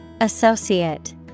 Associate